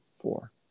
four